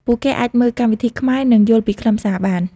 ពួកគេអាចមើលកម្មវិធីខ្មែរនិងយល់ពីខ្លឹមសារបាន។